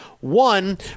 One